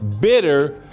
bitter